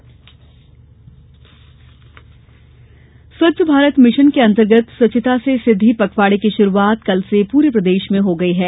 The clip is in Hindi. स्वच्छता पखवाडा स्वच्छ भारत मिशन के अंतर्गत स्वच्छता से सिद्धि पखवाड़े की शुरूआत कल से पूरे प्रदेश में हो गई है